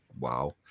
wow